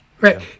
Right